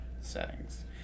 settings